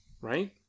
Right